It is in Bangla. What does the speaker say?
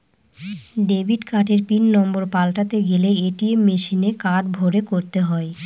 ডেবিট কার্ডের পিন নম্বর পাল্টাতে গেলে এ.টি.এম মেশিনে কার্ড ভোরে করতে হয়